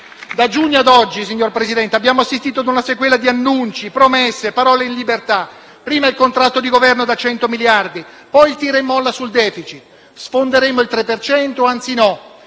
Da giugno ad oggi, signor Presidente, abbiamo assistito a una sequela di annunci, promesse, parole in libertà: prima il contratto di Governo da 100 miliardi, poi il tira e molla sul *deficit* (sfonderemo il 3 per cento,